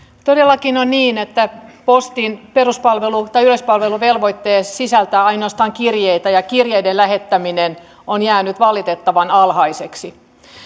todellakin on niin että postin peruspalvelu tai yleispalveluvelvoite sisältää ainoastaan kirjeitä ja kirjeiden lähettäminen on jäänyt valitettavan alhaiseksi